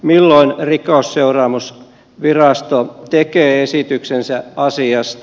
milloin rikosseuraamusvirasto tekee esityksensä asiasta